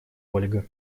ольга